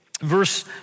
Verse